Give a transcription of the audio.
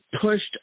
pushed